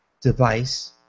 device